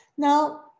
Now